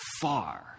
far